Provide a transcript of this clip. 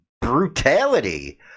brutality